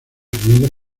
unidos